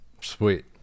sweet